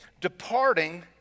departing